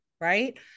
right